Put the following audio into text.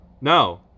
No